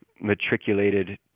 matriculated